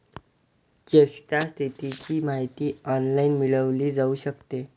चेकच्या स्थितीची माहिती ऑनलाइन मिळवली जाऊ शकते